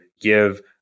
give